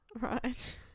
Right